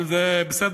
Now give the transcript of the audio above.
אבל זה בסדר,